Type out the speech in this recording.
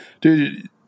dude